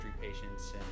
patients